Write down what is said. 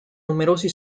numerosi